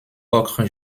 ocre